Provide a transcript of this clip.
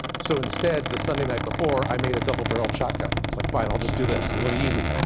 so instead, the sunday night before, i made a double barrelld shotgun. it's like fine i'll just do this, it will be easy.